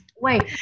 Wait